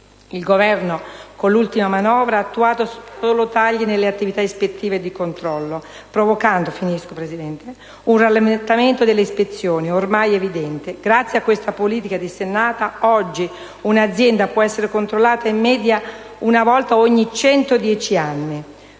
Il Governo, con l'ultima manovra, ha attuato solo tagli nelle attività ispettive e di controllo, provocando un rallentamento delle ispezioni, ormai evidente. Grazie a questa politica dissennata, oggi, un'azienda può essere controllata in media una volta ogni 110 anni!